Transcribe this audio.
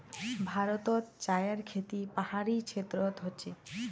भारतोत चायर खेती पहाड़ी क्षेत्रोत होचे